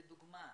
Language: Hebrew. לדוגמה,